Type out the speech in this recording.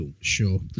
Sure